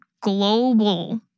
global